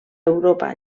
europa